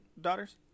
daughters